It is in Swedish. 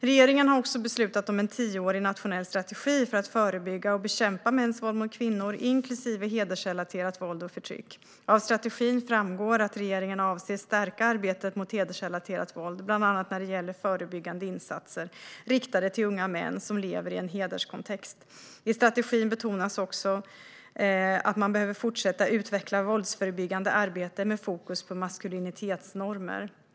Regeringen har också beslutat om en tioårig nationell strategi för att förebygga och bekämpa mäns våld mot kvinnor, inklusive hedersrelaterat våld och förtryck. Av strategin framgår att regeringen avser att stärka arbetet mot hedersrelaterat våld, bland annat när det gäller förebyggande insatser riktade till unga män som lever i en hederskontext. I strategin betonas också att man behöver fortsätta att utveckla ett våldsförebyggande arbete med fokus på maskulinitetsnormer.